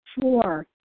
Four